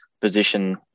position